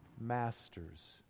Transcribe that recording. masters